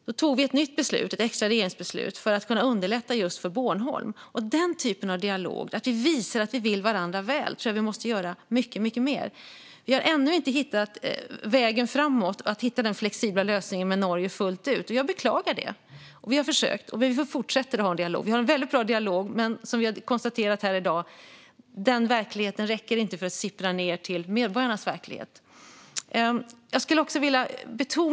Då tog vi ett nytt, extra regeringsbeslut för att kunna underlätta för just Bornholm. Sådan dialog där vi visar att vi vill varandra väl måste ske mycket oftare. Vi har dock ännu inte hittat vägen framåt fullt ut för en flexibel lösning med Norge, och det beklagar jag. Vi har försökt. Vi får fortsätta att ha en dialog. Vi har en bra dialog, men den verkligheten räcker inte för att den ska sippra ned till medborgarnas verklighet, vilket vi har kunnat konstatera här i dag.